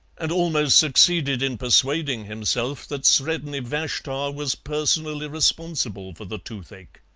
and almost succeeded in persuading himself that sredni vashtar was personally responsible for the toothache.